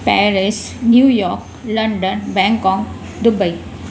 Paris New York London Bangkok Dubai